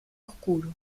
oscuro